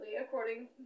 according